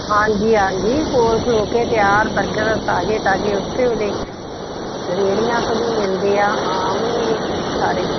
ਹਾਂਜੀ ਹਾਂਜੀ ਕੋਲ ਖਲੋ ਕੇ ਤਿਆਰ ਬਰਗਰ ਤਾਜ਼ੇ ਤਾਜ਼ੇ ਉਸੇ ਵੇਲੇ ਰੇੜੀਆਂ ਤੋਂ ਵੀ ਮਿਲਦੇ ਆ ਆਮ ਹੀ ਸਾਰੇ